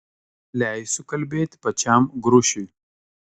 leisiu kalbėti pačiam grušiui